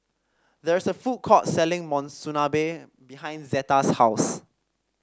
there is a food court selling Monsunabe behind Zeta's house